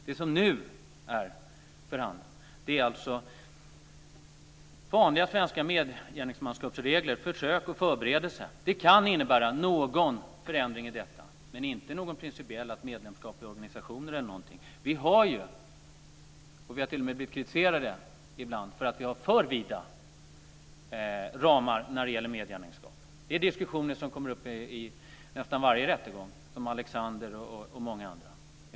Det som nu förhandlas om är vanliga svenska regler för medgärningsmän, försök och förberedelse. Det kan innebära någon förändring i detta, men inte någon principiell sådan om medlemskap i organisationer eller liknande. Vi har ibland blivit kritiserade för att vi har för vida ramar när det gäller medgärningsmän. Det är diskussioner som kommer upp i nästan varje rättegång, t.ex. den om morden i Malexander.